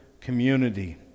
community